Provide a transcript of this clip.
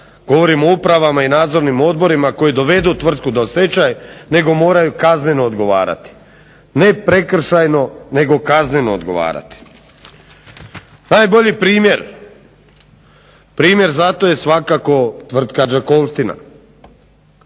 govorim o upravama i nadzornim odborima koji dovedu tvrtku do stečaja nego moraju kazneno odgovarati, ne prekršajno nego kazneno odgovarati. Najbolji primjer, primjer je svakako Tvrtka Đakovština.